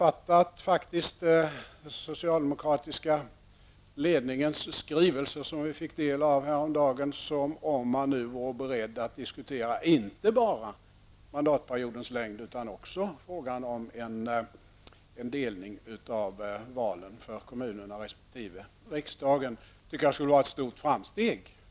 Jag har faktiskt uppfattat den socialdemokratiska ledningens skrivelse, som vi fick del av häromdagen, som om man nu vore beredd att diskutera inte bara mandatperiodens längd utan också frågan om en delning av valen för kommuner resp. riksdagen. Det skulle vara ett stort framsteg.